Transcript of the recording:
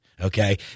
okay